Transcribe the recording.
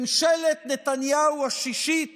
ממשלת נתניהו השישית